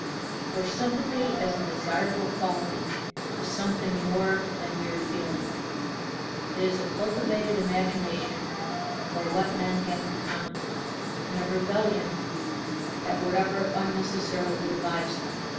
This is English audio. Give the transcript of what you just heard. for sympathy as a desirable quality is something more than mere feeling it is a cultivated imagination for what men have in common and a rebellion at whatever unnecessarily divides them.